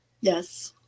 Yes